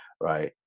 right